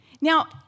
Now